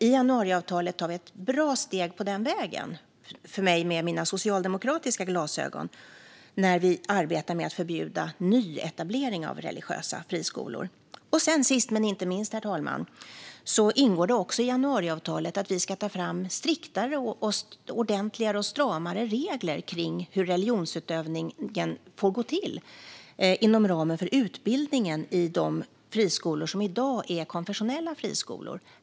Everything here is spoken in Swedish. I januariavtalet tar vi, enligt mig och mina socialdemokratiska glasögon, ett bra steg på vägen genom att arbeta med att förbjuda nyetablering av religiösa friskolor. Sist men inte minst, herr talman, ingår det i januariavtalet att vi ska ta fram striktare, ordentligare och stramare regler för hur religionsutövningen får gå till inom ramen för utbildningen i de friskolor som i dag är konfessionella friskolor.